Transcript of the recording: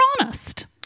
honest